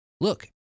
look